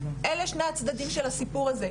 אלה הם שני הצדדים של הסיפור הזה,